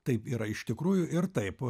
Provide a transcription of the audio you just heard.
taip yra iš tikrųjų ir taip